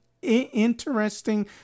interesting